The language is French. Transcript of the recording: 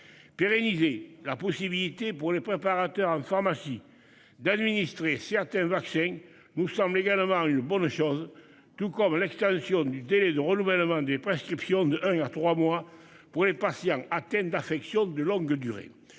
Pérenniser la possibilité pour les préparateurs en pharmacie d'administrer certains vaccins nous semble également une bonne chose. Tout comme l'extension du délai de renouvellement des prescriptions de un à 3 mois pour les patients atteints d'affections de longue durée.